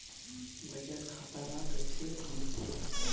बचत खाता ला कइसे दिखथे?